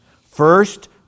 First